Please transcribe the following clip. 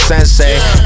Sensei